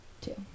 two